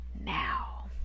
now